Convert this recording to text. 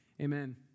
Amen